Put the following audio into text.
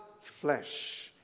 flesh